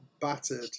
battered